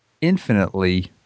infinitely